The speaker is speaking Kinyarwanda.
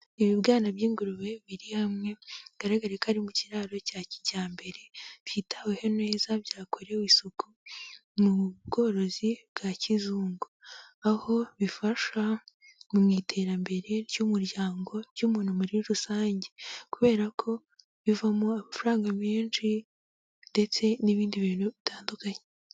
Ibibwana by'ingurube biri hamwe bigaragare ko ari mu kiraro cya kijyambere, byitaweho neza byakorewe isuku mu bworozi bwa kizungu, aho bifasha mu iterambere ry'umuryango ry'umuntu muri rusange, kubera ko bivamo amafaranga menshi ndetse n'ibindi bintu bitandukanye.